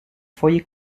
foyer